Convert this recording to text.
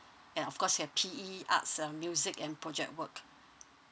and of course have P_E arts uh music and project work